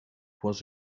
was